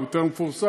הוא יותר מפורסם,